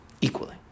equally